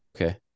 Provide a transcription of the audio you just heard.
Okay